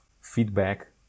feedback